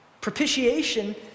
Propitiation